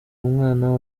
umwana